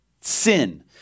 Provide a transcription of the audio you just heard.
sin